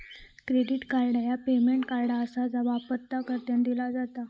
credit card ह्या payment card आसा जा वापरकर्त्यांका दिला जात